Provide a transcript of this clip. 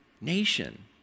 nation